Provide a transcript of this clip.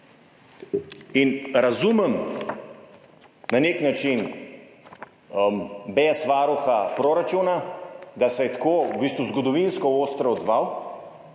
In razumem na nek način bes varuha proračuna, da se je tako, v bistvu zgodovinsko ostro, odzval,